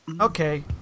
okay